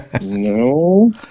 no